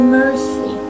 mercy